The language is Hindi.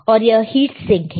और यह हीट सिंक है